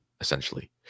essentially